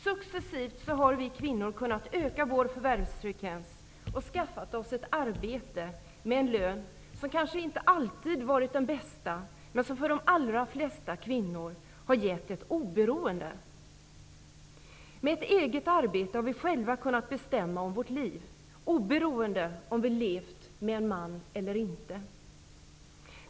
Successivt har vi kvinnor kunnat öka vår förvärvsfrekvens och skaffa oss ett arbete med en lön som kanske inte alltid varit den bästa, men som för de allra flesta kvinnor har gett ett oberoende. Med ett eget arbete har vi själva kunnat bestämma över vårt liv, oberoende av om vi har levt tillsammans med en man eller inte.